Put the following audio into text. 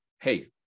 hey